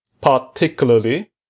particularly